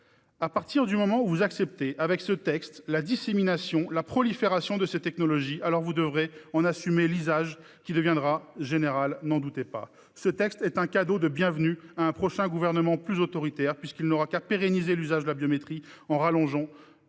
À partir du moment où vous acceptez, avec ce texte, la dissémination, la prolifération de ces technologies, vous devrez assumer un usage qui deviendra général, n'en doutez pas. Ce texte est un cadeau de bienvenue à un prochain gouvernement plus autoritaire qui n'aura qu'à pérenniser l'usage de la biométrie en rallongeant